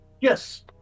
yes